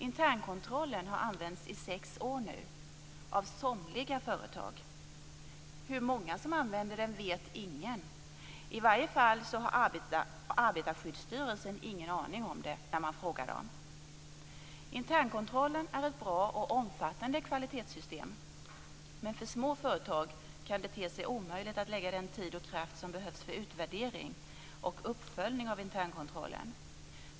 Internkontrollen har nu använts i sex år - av somliga företag. Hur många som använder den vet ingen. I varje fall har Arbetarskyddsstyrelsen ingen aning när man frågar dem. Internkontrollen är ett bra och omfattande kvalitetssystem. Men för små företag kan det te sig omöjligt att lägga den tid och kraft som behövs för utvärdering och uppföljning av internkontrollen.